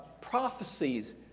prophecies